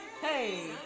Hey